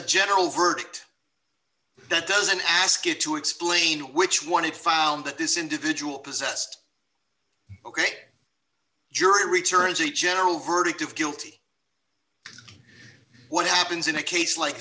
a general verdict that doesn't ask it to explain which one it found that this individual possessed ok jury returns the general verdict of guilty what happens in a case like